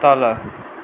तल